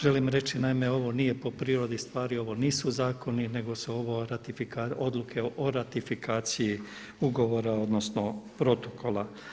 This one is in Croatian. Želim reći naime, ovo nije po prirodi stvari, ovo nisu zakoni nego su ovo odluke o ratifikaciji ugovora odnosno protokola.